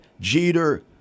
Jeter